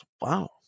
Wow